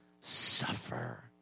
suffer